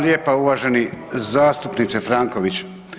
lijepa, uvaženi zastupniče Franković.